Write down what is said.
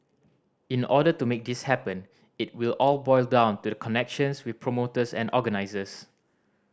in order to make this happen it will all boil down to the connections with promoters and organisers